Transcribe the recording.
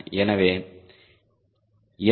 எனவே எம்